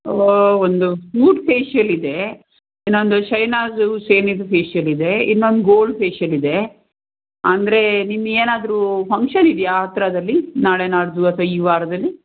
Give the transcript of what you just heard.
ಒಂದು ಮೂರು ಫೇಶಿಯಲ್ ಇದೆ ಇನ್ನೊಂದು ಶೆಹನಾಜ್ ಹುಸೇನಿದು ಫೇಶಿಯಲ್ ಇದೆ ಇನ್ನೊಂದು ಗೋಲ್ಡ್ ಫೇಶಿಯಲ್ ಇದೆ ಅಂದರೆ ನಿಮಗೇನಾದರೂ ಫಂಕ್ಷನ್ ಇದೆಯಾ ಹತ್ತಿರದಲ್ಲಿ ನಾಳೆ ನಾಡಿದ್ದು ಅಥವಾ ಈ ವಾರದಲ್ಲಿ